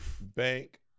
Bank